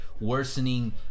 worsening